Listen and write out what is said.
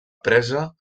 presa